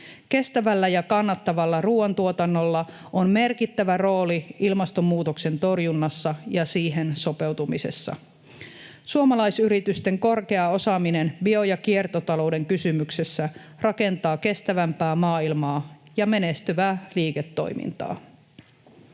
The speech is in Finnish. Kestävällä ja kannattavalla ruoantuotannolla on merkittävä rooli ilmastonmuutoksen torjunnassa ja siihen sopeutumisessa. Suomalaisyritysten korkea osaaminen bio- ja kiertotalouden kysymyksissä rakentaa kestävämpää maailmaa ja menestyvää liiketoimintaa.